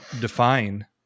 define